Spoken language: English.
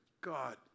God